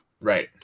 Right